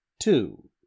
two